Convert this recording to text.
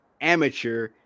amateur